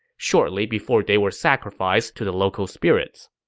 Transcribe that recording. shortly before they were sacrificed to the local spirits.